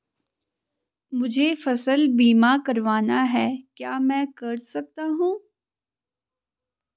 मुझे फसल बीमा करवाना है क्या मैं कर सकता हूँ?